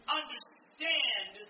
understand